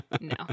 no